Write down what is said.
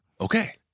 Okay